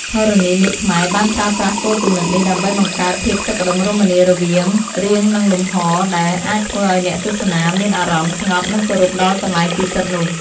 ធរណីមាត្រខ្មែរបានប្រើប្រាស់គោលគំនិតនេះដើម្បីបង្កើតភាពសុខដុមរមនារវាងរាងនិងលំហដែលអាចធ្វើឲ្យអ្នកទស្សនាមានអារម្មណ៍ស្ងប់និងគោរពដល់កន្លែងពិសិដ្ឋនោះ។